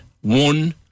one